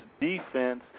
defense